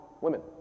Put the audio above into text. women